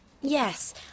Yes